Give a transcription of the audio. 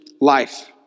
life